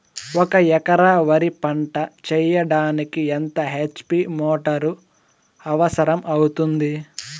ఒక ఎకరా వరి పంట చెయ్యడానికి ఎంత హెచ్.పి మోటారు అవసరం అవుతుంది?